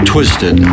Twisted